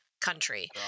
country